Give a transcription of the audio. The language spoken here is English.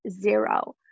zero